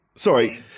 Sorry